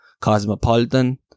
Cosmopolitan